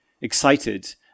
excited